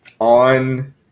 on